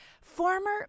Former